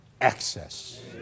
access